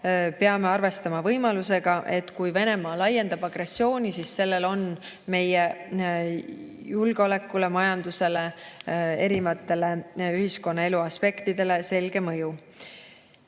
peame arvestama võimalusega, et kui Venemaa laiendab agressiooni, siis sellel on meie julgeolekule, majandusele, erinevatele ühiskonnaelu aspektidele selge mõju.